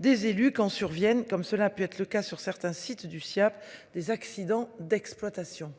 des élus quand surviennent comme cela a pu être le cas sur certains sites du Siaap des accidents d'exploitation.